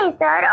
sir